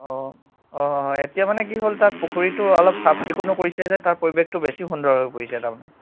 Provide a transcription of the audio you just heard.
অঁ অঁ এতিয়া মানে কি হ'ল তাত পুখুৰীটো অলপ চাফ চিকুণো কৰিছে যে তাৰ পৰিৱেশটো বেছি সুন্দৰ হৈ পৰিছে তাৰমানে